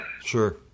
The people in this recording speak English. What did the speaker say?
sure